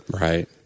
right